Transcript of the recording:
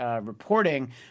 reporting